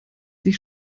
sich